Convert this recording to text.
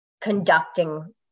conducting